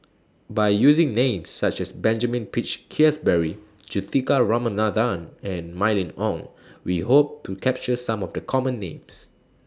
By using Names such as Benjamin Peach Keasberry Juthika Ramanathan and Mylene Ong We Hope to capture Some of The Common Names